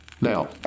Now